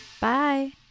bye